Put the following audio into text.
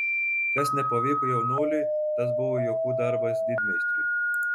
kas nepavyko jaunuoliui tas buvo juokų darbas didmeistriui